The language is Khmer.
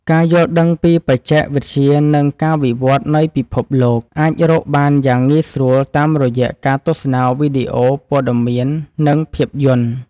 ការយល់ដឹងពីបច្ចេកវិទ្យានិងការវិវត្តនៃពិភពលោកអាចរកបានយ៉ាងងាយស្រួលតាមរយៈការទស្សនាវីដេអូព័ត៌មាននិងភាពយន្ត។